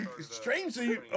strangely